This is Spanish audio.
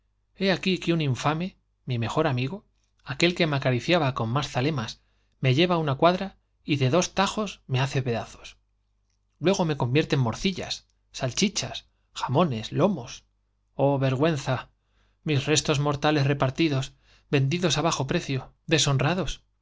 he aquí que un infame mi acariciaba más zale mejor amigo aquel que me con mas me lleva á una cuadra y de dos tajos me hace pedazos luego me convierte en morcillas salchi chas jamones lomos i oh vergüenza i mis restos mortales repartidos vendidos á bajo precio